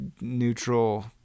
neutral